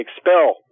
expel